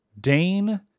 dane